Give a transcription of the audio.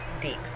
deep